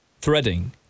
Threading